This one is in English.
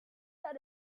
that